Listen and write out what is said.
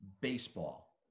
baseball